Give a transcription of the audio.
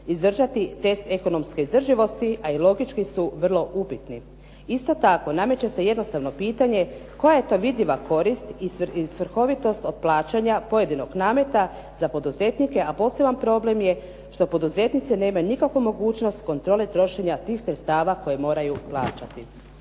izdržati test ekonomske izdrživosti a i logički su vrlo upitni. Isto tako nameće se jednostavno pitanje koja je to vidljiva korist i svrhovitost od plaćanja pojedinog nameta za poduzetnike a poseban problem je što poduzetnice nemaju nikakvu mogućnost kontrole trošenja tih sredstava koje moraju plaćati.